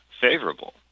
favorable